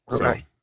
Okay